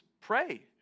pray